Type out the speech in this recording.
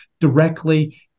directly